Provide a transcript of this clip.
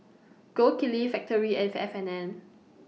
Gold Kili Factorie and F and N